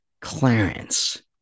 Clarence